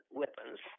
weapons